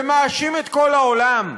ומאשים את כל העולם,